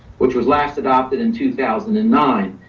which was last adopted in two thousand and nine.